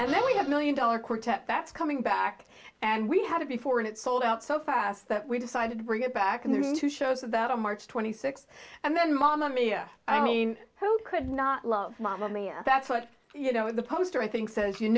and then we have million dollar quartet that's coming back and we had it before and it sold out so fast that we decided to bring it back and there were two shows of that on march twenty sixth and then mamma mia i mean who could not love mama mia that's what you know the poster i think says you